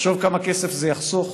תחשוב כמה כסף זה יחסוך